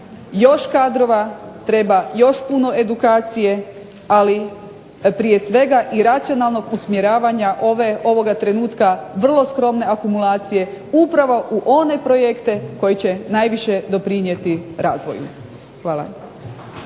još kadrova, treba još puno edukacije, ali prije svega i racionalnog usmjeravanja ovoga trenutka vrlo skromne akumulacije upravo u one projekte koji će najviše doprinijeti razvoju. Hvala.